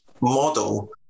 model